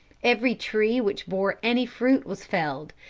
every tree which bore any fruit was felled,